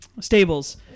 stables